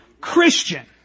Christian